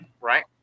Right